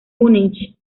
múnich